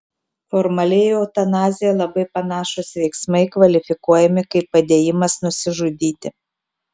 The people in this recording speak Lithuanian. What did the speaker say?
formaliai į eutanaziją labai panašūs veiksmai kvalifikuojami kaip padėjimas nusižudyti